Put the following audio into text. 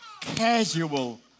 casual